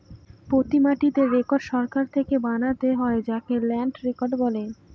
প্রতি মাটির রেকর্ড সরকার থেকে বানাতে হয় যাকে ল্যান্ড রেকর্ড বলে